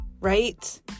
right